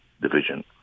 division